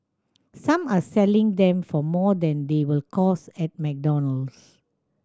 some are selling them for more than they will cost at McDonald's